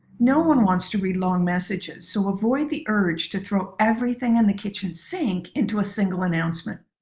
no one wants to read long messages so avoid the urge to throw everything and the kitchen sink into a single announcement.